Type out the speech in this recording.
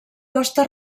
costa